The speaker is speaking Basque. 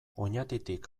oñatitik